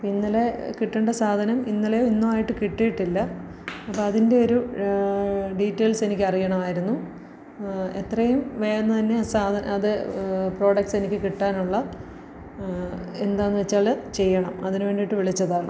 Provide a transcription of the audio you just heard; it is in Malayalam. ഇന്നലെ കിട്ടേണ്ട സാധനം ഇന്നലെ ഇന്നുമായിട്ട് കിട്ടിയിട്ടില്ല അപ്പോള് അതിൻ്റെ ഒരു ഡീറ്റെയ്ൽസെനിക്കറിയണമായിരുന്നു എത്രയും വേഗന്ന് തന്നെ സാധ അത് പ്രോഡക്റ്റ്സെനിക്ക് കിട്ടാനുള്ള എന്താന്ന് വച്ചാല് ചെയ്യണം അതിന് വേണ്ടിയിട്ട് വിളിച്ചതാണ്